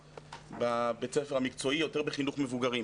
בבית הספר המקצועי יותר בחינוך מבוגרים.